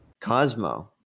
Cosmo